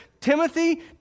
Timothy